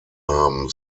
haben